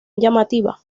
llamativa